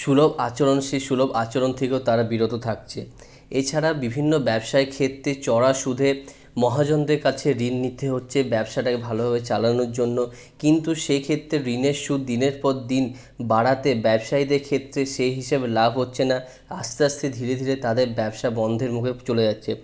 সুলভ আচারন সেই সুলভ আচারন থেকেও তারা বিরত থাকছে এছাড়া বিভিন্ন ব্যবসার ক্ষেত্রে চড়া সুদে মহাজনদের কাছে ঋন নিতে হচ্ছে ব্যবসাটাকে ভালো ভাবে চালানোর জন্য কিন্তু সেক্ষেত্রে ঋনের সুদ দিনের পর দিন বাড়াতে ব্যবসায়ীদের ক্ষেত্রে সেই হিসাবে লাভ হচ্ছে না আস্তে আস্তে ধীরে ধীরে তাদের ব্যবসা বন্ধের মুখে চলে যাচ্ছে